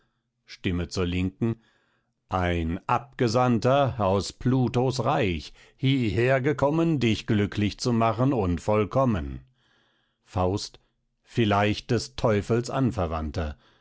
stimme zur linken ein abgesandter aus plutos reich hiehergekommen dich glücklich zu machen und vollkommen faust vielleicht des teufels anverwandter